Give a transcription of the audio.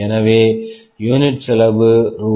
எனவே ஒரு unit unit செலவு ரூ